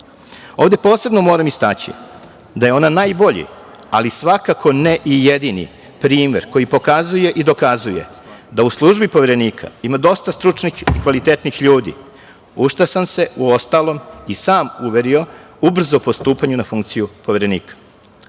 posebno moram istaći da je ona najbolji, ali svakako ne i jedini primer koji pokazuje i dokazuje da u službi Poverenika ima dosta stručnih i kvalitetnih ljudi, u šta sam se uostalom i sam uverio ubrzo po postupanju na funkciju Poverenika.